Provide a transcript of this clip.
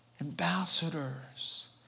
ambassadors